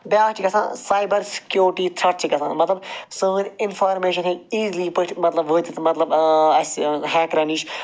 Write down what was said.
بیٛاکھ چھُ گَژھان سایبَر سِکیٛوٗرٹی تھریٚٹ چھِ گَژھان مَطلَب سٲنۍ اِنفارمیشَن ہیٚکہِ ایٖزلی پٲٹھۍ مطلب وٲتِتھ مطلب اَسہِ ہیٚکرَن نِش